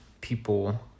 people